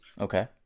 Okay